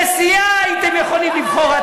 נשיאה הייתם יכולים לבחור.